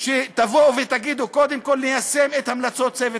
שתבואו ותגידו: קודם כול ניישם את המלצות צוות